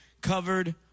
covered